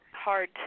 hard